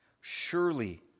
Surely